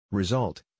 Result